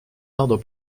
ordre